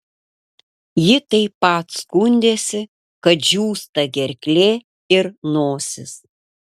ji taip pat skundėsi kad džiūsta gerklė ir nosis